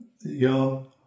young